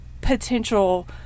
potential